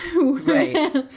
Right